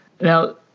Now